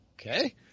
Okay